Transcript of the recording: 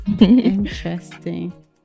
interesting